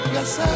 Yes